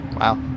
Wow